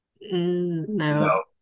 No